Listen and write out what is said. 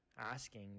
asking